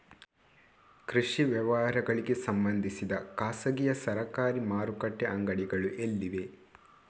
ಕೃಷಿ ವ್ಯವಹಾರಗಳಿಗೆ ಸಂಬಂಧಿಸಿದ ಖಾಸಗಿಯಾ ಸರಕಾರಿ ಮಾರುಕಟ್ಟೆ ಅಂಗಡಿಗಳು ಎಲ್ಲಿವೆ?